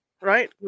right